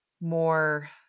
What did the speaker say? more